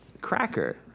cracker